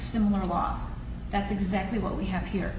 similar law that's exactly what we have here